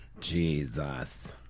Jesus